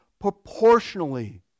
proportionally